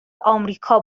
امریکا